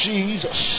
Jesus